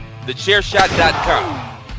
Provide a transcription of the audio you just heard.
thechairshot.com